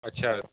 ਅੱਛਾ